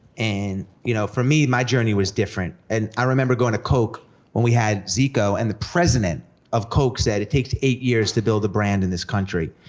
and, you know, for me, my journey was different, and i remember going to coke when we had zico, and the president of coke said, it takes eight years to build a brand in this country.